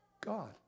God